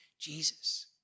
Jesus